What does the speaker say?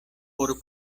por